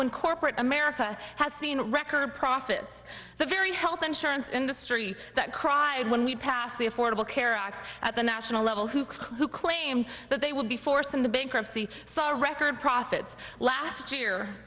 when corporate america has seen record profits the very health insurance industry that cried when we passed the affordable care act at the national level who who claimed that they would be forced into bankruptcy so record profits last year